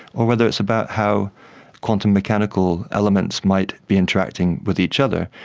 or whether it's about how quantum mechanical elements might be interacting with each other,